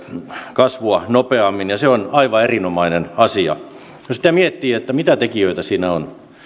kasvua nopeammin ja se on aivan erinomainen asia jos sitä miettii mitä tekijöitä siinä on